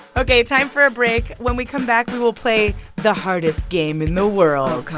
ok. time for a break. when we come back, we will play the hardest game in the world.